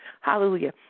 Hallelujah